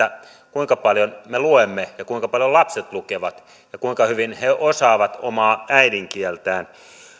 kuinka paljon me luemme ja kuinka paljon lapset lukevat ja kuinka hyvin he osaavat omaa äidinkieltään